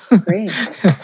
great